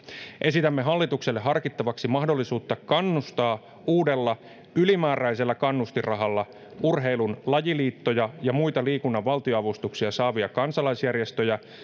esitämme hallitukselle harkittavaksi mahdollisuutta kannustaa uudella ylimääräisellä kannustinrahalla urheilun lajiliittoja ja muita liikunnan valtionavustuksia saavia kansalaisjärjestöjä